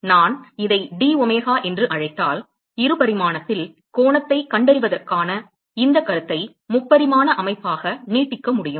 நான் இதை d omega என்று அழைத்தால் 2 பரிமாணத்தில் கோணத்தைக் கண்டறிவதற்கான இந்த கருத்தை 3 பரிமாண அமைப்பாக நீட்டிக்க முடியும்